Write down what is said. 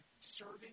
serving